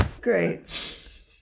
Great